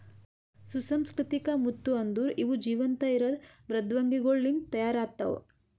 ಸುಸಂಸ್ಕೃತಿಕ ಮುತ್ತು ಅಂದುರ್ ಇವು ಜೀವಂತ ಇರದ್ ಮೃದ್ವಂಗಿಗೊಳ್ ಲಿಂತ್ ತೈಯಾರ್ ಆತ್ತವ